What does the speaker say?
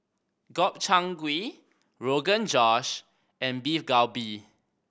Gobchang Gui Rogan Josh and Beef Galbi